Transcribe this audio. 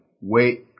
wait